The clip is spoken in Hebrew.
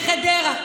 הנקודה ברורה.